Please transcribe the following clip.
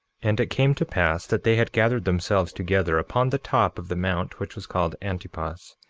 and it came to pass that they had gathered themselves together upon the top of the mount which was called antipas,